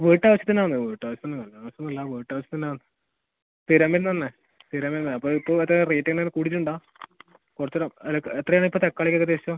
വീട്ടാവശ്യത്തിനാണ് വീട്ടാവശ്യത്തിനാണ് എല്ലാം വീട്ടാവശ്യത്തിനാണ് തിരന്തൻ തന്നേ തിരന്തൻ താ അപ്പോൾ ഇപ്പോൾ മറ്റേ റേറ്റ് എങ്ങനെ കൂടിയിട്ടുണ്ടോ കുറച്ചൊരു എനിക്ക് എത്രയാണ് ഇപ്പോൾ തക്കാളിക്ക് ഏകദേശം